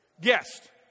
Guest